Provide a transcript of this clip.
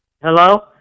Hello